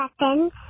weapons